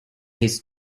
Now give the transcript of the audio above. his